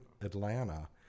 Atlanta